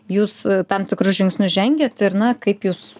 jūs tam tikrus žingsnius žengiat ir na kaip jūs